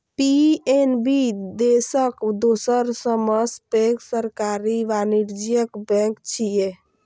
PNB देशक दोसर सबसं पैघ सरकारी वाणिज्यिक बैंक छियै